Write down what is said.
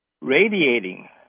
radiating